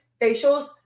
facials